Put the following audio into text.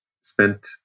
spent